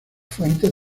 fuentes